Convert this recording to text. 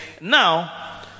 Now